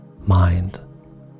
mind